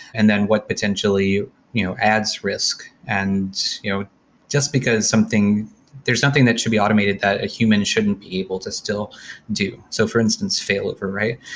and then what potentially you adds risk? and you know just because something there's nothing that should be automated that a human shouldn't be able to still do. so, for instance, failover, right?